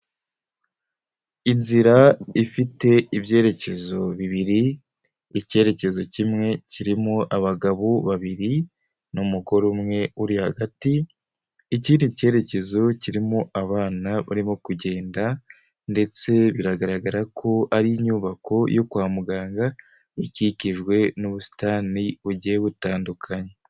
Inzira ifite ibyerekezo bibiri, icyerekezo kimwe kirimo abagabo babiri n'umugore umwe uri hagati, ikindi cyerekezo kirimo abana barimo kugenda ndetse biragaragara ko ari inyubako yo kwa muganga, ikikijwe n'ubusitani bugiye butandukanye.